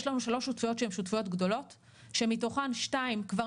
יש לנו שלוש שותפויות שהן שותפויות גדולות שמתוכן שתיים כבר